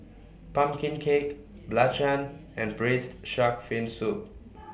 Pumpkin Cake Belacan and Braised Shark Fin Soup